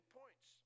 points